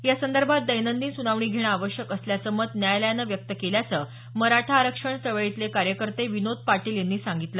या संदर्भात दैनंदिन सुनावणी घेणं आवश्यक असल्याचं मत न्यायालयानं व्यक्त केल्याचं मराठा आरक्षण चळवळीतले कार्यकर्ते विनोद पाटील यांनी सांगितलं